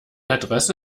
adresse